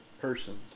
persons